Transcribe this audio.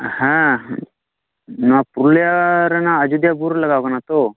ᱦᱮᱸ ᱱᱚᱣᱟ ᱯᱩᱨᱩᱞᱤᱭᱟᱹ ᱨᱮᱱᱟᱜ ᱟᱡᱚᱫᱤᱭᱟᱹ ᱵᱩᱨᱩ ᱞᱟᱜᱟᱣ ᱟᱠᱟᱱᱟ ᱛᱚ